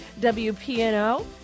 wpno